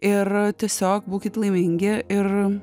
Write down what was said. ir tiesiog būkit laimingi ir